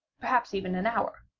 perhaps even an hour,